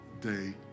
day